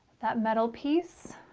that metal piece